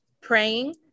praying